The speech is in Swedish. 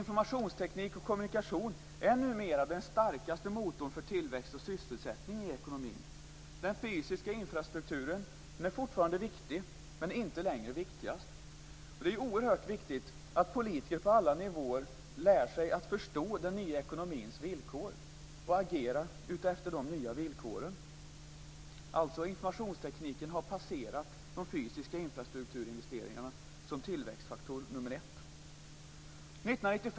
Informationsteknik och kommunikation är numera den starkaste motorn för tillväxt och sysselsättning i ekonomin. Den fysiska infrastrukturen är fortfarande viktig, men inte längre viktigast. Det är oerhört viktigt att politiker på alla nivåer lär sig att förstå den nya ekonomins villkor och agera utefter dessa nya villkor.